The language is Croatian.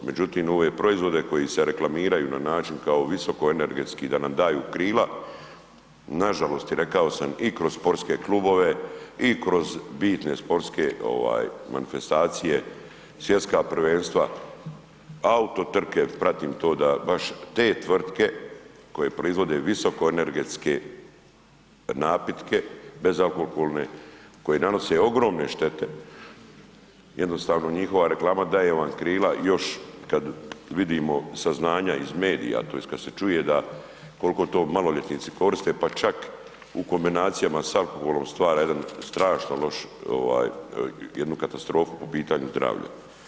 Međutim ove proizvode koji se reklamiraju na način kao visokoenergetski da nam daju krila, nažalost i rekao sam i kroz sportske klubove i kroz bitne sportske manifestacije, svjetska prvenstva, auto trke, pratim to da baš te tvrtke koje proizvode visokoenergetske napitke, bezalkoholne, koji nanose ogromne štete, jednostavno njihova reklama da daje vam krila, još kad vidimo saznanja iz medija tj. kad se čuje da koliko to maloljetnici koriste pa čak u kombinacijama sa alkoholom stvara jedan strašno loš, jednu katastrofu po pitanju zdravlja.